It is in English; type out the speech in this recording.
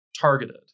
targeted